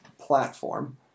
platform